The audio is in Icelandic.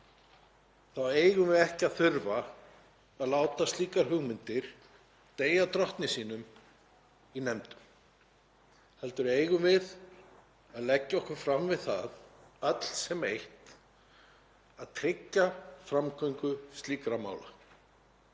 þá eigum við ekki að þurfa að láta slíkar hugmyndir deyja drottni sínum í nefndum heldur eigum við að leggja okkur fram við það, öll sem eitt, að tryggja framgöngu slíkra mála.